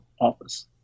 office